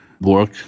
work